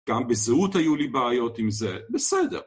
גם בזהות היו לי בעיות עם זה. בסדר.